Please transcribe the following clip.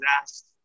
asked